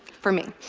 for me.